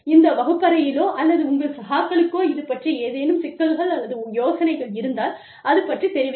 இந்த வகுப்பறையிலோ அல்லது உங்கள் சகாக்களுக்கோ இது பற்றி ஏதேனும் சிக்கல்கள் அல்லது யோசனைகள் இருந்தால் அது பற்றி தெரிவிக்கவும்